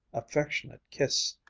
affectionate kiss.